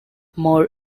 more